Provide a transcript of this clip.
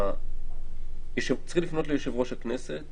צריכים לפנות ליושב-ראש הכנסת